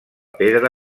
pedra